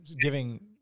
giving